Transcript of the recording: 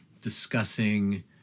discussing